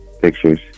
pictures